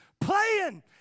playing